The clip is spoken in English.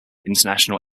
international